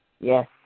Yes